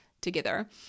together